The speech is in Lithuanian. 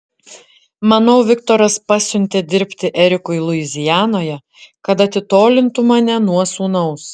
manau viktoras pasiuntė dirbti erikui luizianoje kad atitolintų mane nuo sūnaus